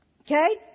Okay